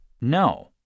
No